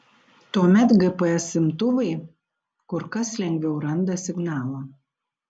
tuomet gps imtuvai kur kas lengviau randa signalą